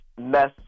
mess